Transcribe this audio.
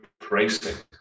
pricing